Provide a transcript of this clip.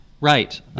Right